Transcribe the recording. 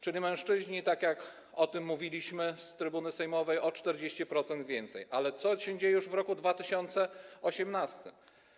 Czyli mężczyźni otrzymują, tak jak o tym mówiliśmy z trybuny sejmowej, o 40% więcej, ale co się dzieje już w roku 2018?